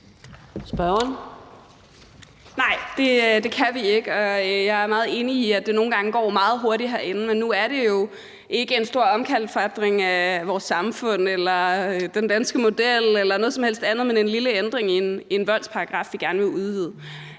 Nej, det kan vi ikke. Jeg er meget enig i, at det nogle gange går meget hurtigt herinde, men nu er der jo ikke tale om en stor omkalfatring af vores samfund, den danske model eller noget som helst andet, men en lille ændring i en voldsparagraf, vi gerne vil udvide.